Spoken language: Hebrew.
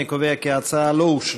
אני קובע כי ההצעה לא אושרה.